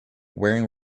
wearing